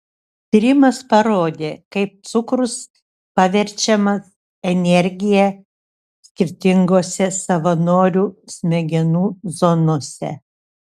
tyrimas parodė kaip cukrus paverčiamas energija skirtingose savanorių smegenų zonose